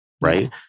right